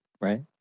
Right